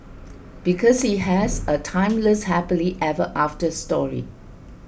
because he has a timeless happily ever after story